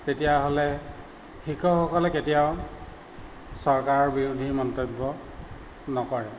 তেতিয়াহ'লে শিক্ষকসকলে কেতিয়াও চৰকাৰৰ বিৰোধী মন্তব্য নকৰে